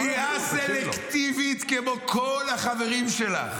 שמיעה סלקטיבית כמו כל החברים שלך.